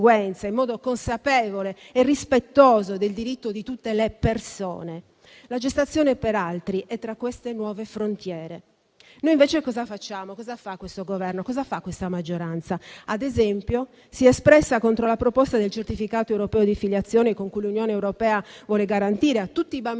in modo consapevole e rispettoso del diritto di tutte le persone. La gestazione per altri è tra queste nuove frontiere. Noi invece cosa facciamo? Cosa fa il Governo? Cosa fa questa maggioranza? Si è espressa ad esempio contro la proposta del certificato europeo di filiazione con cui l'Unione europea vuole garantire a tutti i bambini